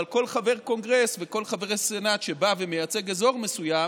אבל כל חבר קונגרס וכל חבר סנאט שבאים ומייצגים אזור מסוים